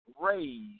raised